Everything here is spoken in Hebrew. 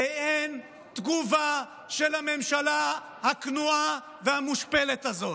ואין תגובה של הממשלה הכנועה והמושפלת הזאת.